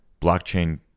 blockchain